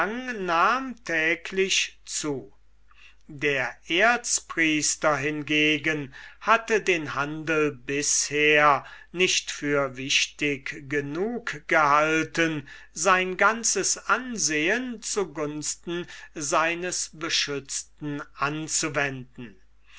täglich zu der erzpriester hingegen hatte den handel bisher nicht für wichtig genug gehalten sein ganzes ansehn zu gunsten seines beschützten anzuwenden